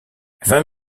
vingt